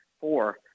four